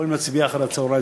יכולים להצביע אחר-הצהריים,